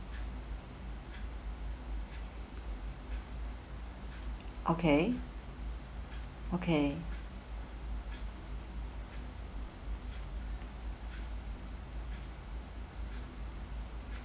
okay okay